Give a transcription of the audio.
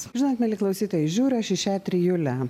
žinot mieli klausytojai žiūriu aš į šią trijulę